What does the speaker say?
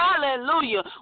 hallelujah